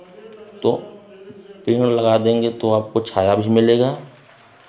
तो पेड़ लगा देंगे तो आपको छाया भी मिलेगा